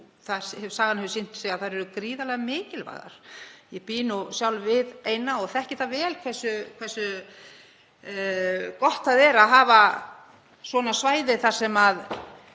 en sagan hefur sýnt að þær eru gríðarlega mikilvægar. Ég bý sjálf við eina og þekki vel hversu gott það er að hafa svona svæði þar sem